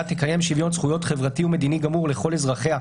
תקיים שוויון זכויות חברתי ומדיני גמור לכל אזרחיה,